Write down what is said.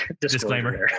disclaimer